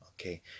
Okay